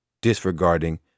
disregarding